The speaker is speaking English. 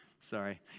Sorry